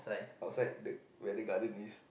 outside the where garden is